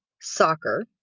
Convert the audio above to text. soccer